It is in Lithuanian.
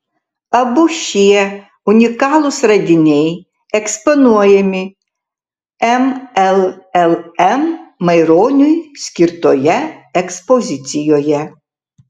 abu šie unikalūs radiniai eksponuojami mllm maironiui skirtoje ekspozicijoje